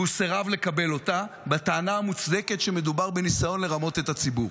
והוא סירב לקבל אותה בטענה המוצדקת שמדובר בניסיון לרמות את הציבור.